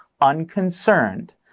unconcerned